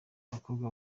abakobwa